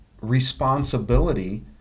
responsibility